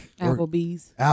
Applebee's